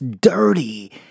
dirty